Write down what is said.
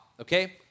okay